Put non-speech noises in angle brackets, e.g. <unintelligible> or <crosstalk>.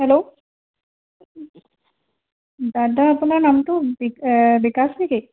hello দাদা আপোনাৰ নামটো <unintelligible> বিকাশ নেকি